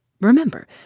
Remember